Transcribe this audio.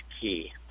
key